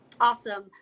Awesome